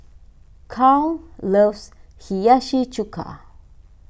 Charle loves Hiyashi Chuka